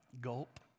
Gulp